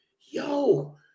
yo